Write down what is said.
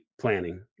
planning